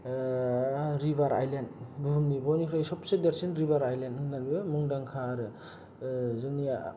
river island बुहुमनि बयनिख्रुय सबसे देरसिन रिभार आइलेण्ड होननानैबो मुंदांखा आरो जोंनिया